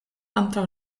antaŭ